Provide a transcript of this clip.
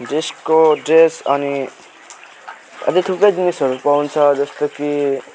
ड्रेसको dress अनि अझै थुप्रै जिनिसहरू पाउँछ जस्तो कि